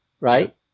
right